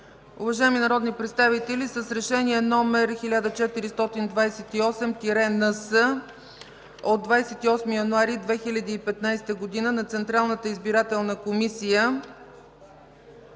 Уважаеми народни представители, с Решение, № 1428-НС, от 28 януари 2015 г. на Централната избирателна комисия,